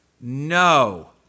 No